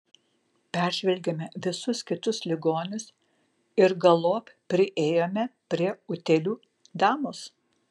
peržvelgėme visus kitus ligonius ir galop priėjome prie utėlių damos